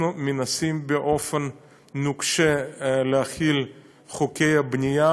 אנחנו מנסים באופן נוקשה להחיל את חוקי הבנייה